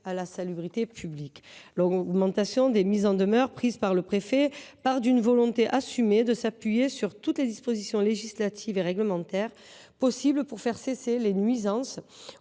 à la salubrité publique. L’augmentation des mises en demeure prises par le préfet part d’une volonté assumée de s’appuyer sur toutes les dispositions législatives et réglementaires en vigueur pour faire cesser les nuisances